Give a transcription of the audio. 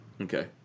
Okay